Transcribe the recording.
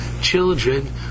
children